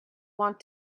want